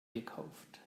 gekauft